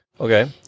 Okay